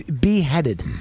Beheaded